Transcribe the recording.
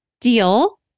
deal